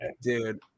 Dude